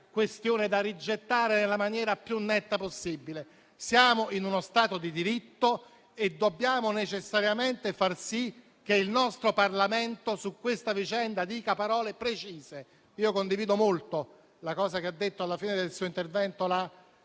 questione da rigettare nella maniera più netta possibile. Siamo in uno Stato di diritto e dobbiamo necessariamente far sì che il nostro Parlamento dica parole precise su questa vicenda. Io condivido molto quello che hanno detto alla fine dei loro interventi le